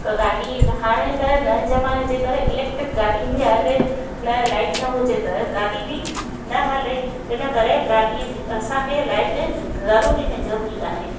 गाॾी हाणे त नए ज़माने जे करे इलेक्ट्रिक गाॾी बि हले न लाइट न हुजे त गाॾी बि न हले इन करे गाॾीअ जी असांखे लाइट ज़रूरी में ज़रूरी आहे